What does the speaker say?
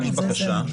עם